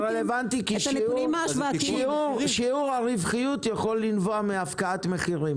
זה רלוונטי כי שיעור הרווחיות יכול לנבוע מהפקעת מחירים.